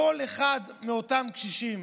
כל אחד מאותם קשישים,